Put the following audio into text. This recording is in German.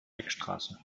beckstraße